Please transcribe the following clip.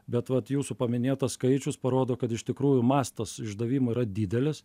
bet vat jūsų paminėtas skaičius parodo kad iš tikrųjų mastas išdavimo yra didelis